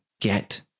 get